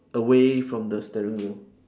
away from the steering wheel